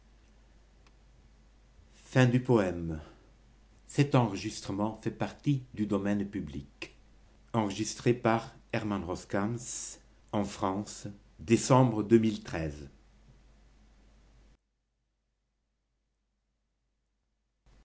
en forme de